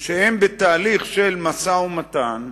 שהם בתהליך של משא-ומתן,